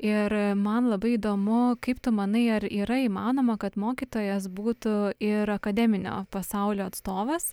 ir man labai įdomu kaip tu manai ar yra įmanoma kad mokytojas būtų ir akademinio pasaulio atstovas